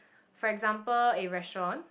for example a restaurant